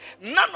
None